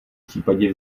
případě